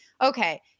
okay